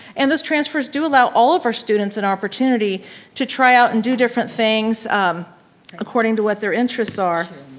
and those transfers do allow all of our students an and opportunity to try out and do different things um according to what their interests are.